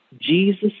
Jesus